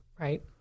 Right